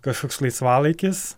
kažkoks laisvalaikis